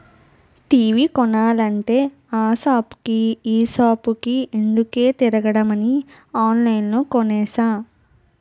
TV కొనాలంటే ఆ సాపుకి ఈ సాపుకి ఎందుకే తిరగడమని ఆన్లైన్లో కొనేసా